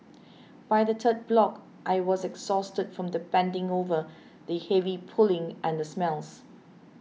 by the third block I was exhausted from the bending over the heavy pulling and the smells